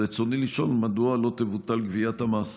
רצוני לשאול: מדוע לא תבוטל גביית המס?